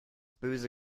böse